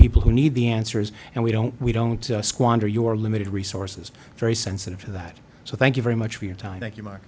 people who need the answers and we don't we don't squander your limited resources very sensitive to that so thank you very much for your time